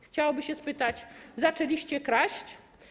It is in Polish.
Chciałoby się spytać: Zaczęliście kraść?